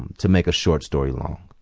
to make a short story long,